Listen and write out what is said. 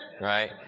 right